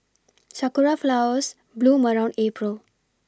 sakura flowers bloom around April